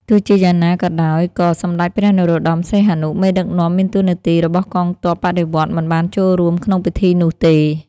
ទោះជាយ៉ាងណាក៏ដោយ ក៏ សម្តេចព្រះនរោត្តម សីហនុ មេដឹកនាំមានតួនាទីរបស់កងទ័ពបដិវត្តន៍មិនបានចូលរួមក្នុងពិធីនោះទេ។